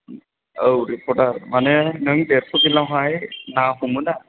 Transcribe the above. औ रिफदा माने नों देरस' बिलआवहाय ना हमो दा